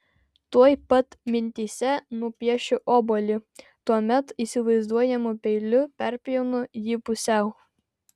tuoj pat mintyse nupiešiu obuolį tuomet įsivaizduojamu peiliu perpjaunu jį pusiau